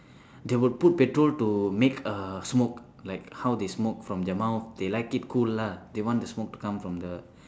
they will put petrol to make uh smoke like how they smoke from their mouth they like it cool lah they want the smoke to come from the